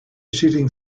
shooting